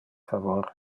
favor